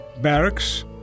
barracks